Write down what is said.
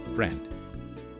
Friend